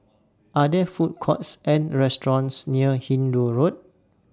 Are There Food Courts and restaurants near Hindoo Road